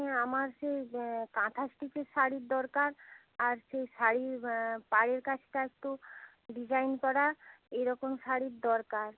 হ্যাঁ আমার সেই কাঁথা স্টিচের শাড়ির দরকার আর সেই শাড়ির পাড়ের কাছটা একটু ডিজাইন করা এই রকম শাড়ির দরকার